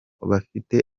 bafite